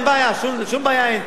אין בעיה, שום בעיה אין.